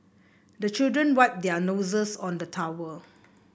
the children wipe their noses on the towel